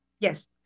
Yes